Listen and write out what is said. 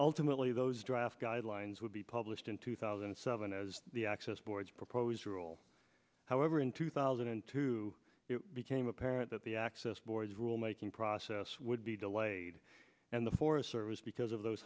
ultimately those draft guidelines would be published in two thousand and seven as the access board's proposed rule however in two thousand and two it became apparent that the access board's rule making process would be delayed and the forest service because of those